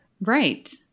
right